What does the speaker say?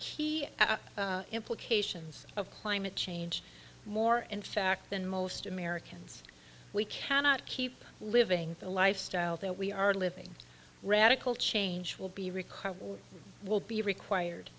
key implications of climate change more and fact than most americans we cannot keep living the lifestyle that we are living radical change will be required what will be required